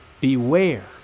Beware